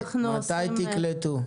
מתי תקלטו?